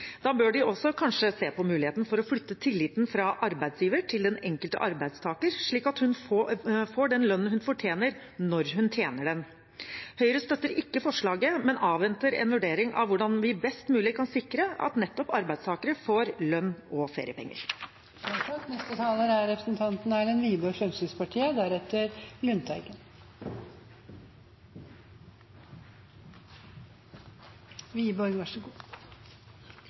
Da bør man også kanskje se på muligheten for å flytte tilliten fra arbeidsgiver til den enkelte arbeidstaker, slik at hun får den lønnen hun fortjener, når hun tjener den. Høyre støtter ikke forslaget, men avventer en vurdering av hvordan vi best mulig kan sikre at nettopp arbeidstakere får lønn og feriepenger. Jeg vil bare kort korrigere foregående taler.